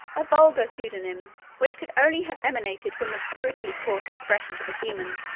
a vulgar pseudonym which could only have emanated from the brutally coarse expressions of a human.